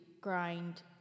grind